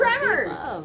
Tremors